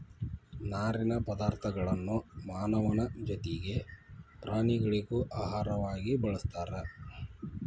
ನಾರಿನ ಪದಾರ್ಥಗಳನ್ನು ಮಾನವನ ಜೊತಿಗೆ ಪ್ರಾಣಿಗಳಿಗೂ ಆಹಾರವಾಗಿ ಬಳಸ್ತಾರ